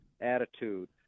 attitude